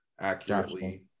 accurately